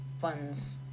funds